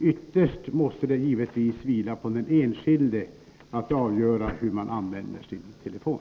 Ytterst måste det givetvis vila på den enskilde att avgöra hur man använder sin telefon.